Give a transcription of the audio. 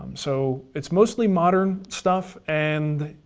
so it's mostly modern stuff and.